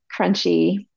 crunchy